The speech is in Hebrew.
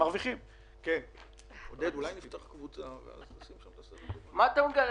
ולכן אני שמח שהגענו למיליארד,